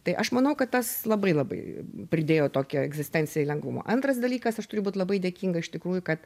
tai aš manau kad tas labai labai pridėjo tokio egzistencijai lengvumo antras dalykas aš turiu būt labai dėkinga iš tikrųjų kad